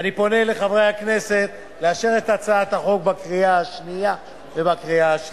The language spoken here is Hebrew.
ואני פונה לחברי הכנסת לאשר את הצעת החוק בקריאה שנייה ובקריאה שלישית.